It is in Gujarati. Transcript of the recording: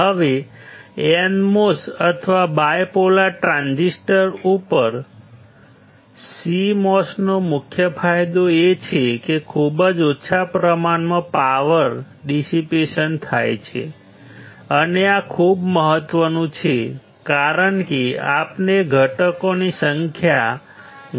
હવે NMOS અથવા બાયપોલર ટ્રાન્ઝિસ્ટર ઉપર CMOS નો મુખ્ય ફાયદો એ છે કે ખૂબ જ ઓછા પ્રમાણમાં પાવર ડીસીપેશન થાય છે અને આ ખૂબ મહત્વનું છે કારણ કે આપણે ઘટકોની સંખ્યા